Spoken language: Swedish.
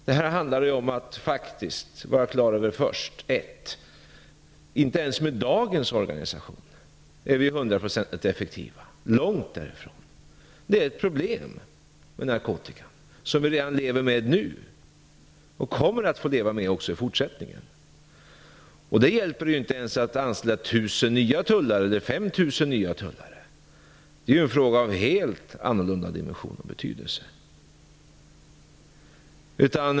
Det handlar först och främst om att vara klar över att vi inte ens med dagens organisation är hundraprocentigt effektiva - långt därifrån. Det är ett problem med narkotikan som vi lever med redan nu och kommer att få leva med också i fortsättningen. Det hjälper inte ens att anställa 1 000 eller 5 000 nya tullare. Det är en fråga av en helt annan dimension och betydelse.